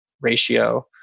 ratio